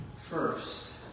first